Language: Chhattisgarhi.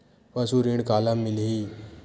पशु ऋण काला मिलही?